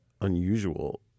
unusual